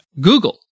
Google